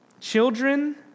children